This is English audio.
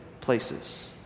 places